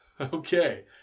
okay